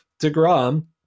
DeGrom